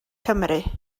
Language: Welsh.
cymru